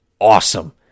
awesome